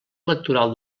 electoral